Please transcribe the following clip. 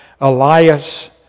Elias